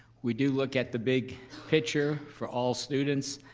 we do look at the big picture for all students.